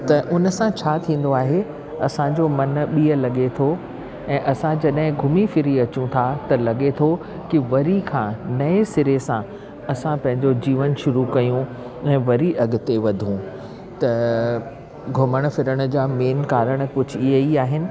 त उन सां छा थींदो आहे असांजो मनु ॿिए लॻे थो ऐं असां जॾहिं घुमी फिरी अचूं था त लॻे थो की वरी खां नए सिरे सां असां पंहिंजो जीवन शुरू कयूं ऐं वरी अॻिते वधूं त घुमण फिरण जा मेन कारण कुझु ईअं ई आहिनि